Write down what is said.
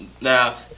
Now